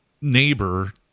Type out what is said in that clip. neighbor